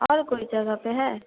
और कोई जगह पर है